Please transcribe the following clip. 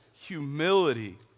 humility